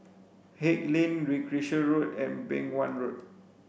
Haig Lane Recreation Road and Beng Wan Road